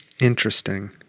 Interesting